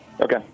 Okay